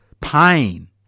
pain